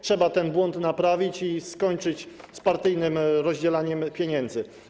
Trzeba ten błąd naprawić i skończyć z partyjnym rozdzielaniem pieniędzy.